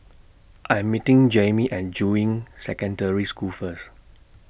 I'm meeting Jaimie At Juying Secondary School First